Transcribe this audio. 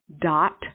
dot